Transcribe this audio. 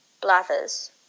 Blathers